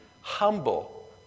humble